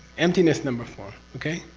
emptiness number four, okay?